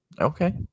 Okay